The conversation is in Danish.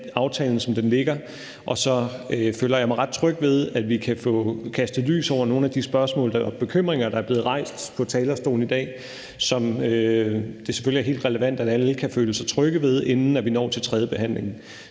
Så føler jeg mig ret tryg ved, at vi kan få kastet lys over nogle af de spørgsmål og bekymringer, der er blevet rejst på talerstolen i dag. Det er selvfølgelig helt relevant, at alle kan føle sig trygge ved det, inden vi når til tredjebehandlingen,